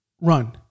Run